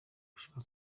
gushaka